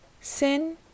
sin